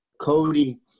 Cody